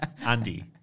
Andy